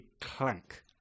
clank